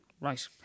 Right